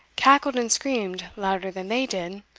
cackled and screamed louder than they did,